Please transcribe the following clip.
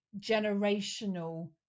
generational